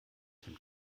dem